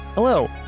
Hello